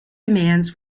demands